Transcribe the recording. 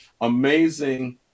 amazing